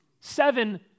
seven